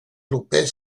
lopez